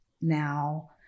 now